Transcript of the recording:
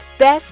Best